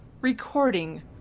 recording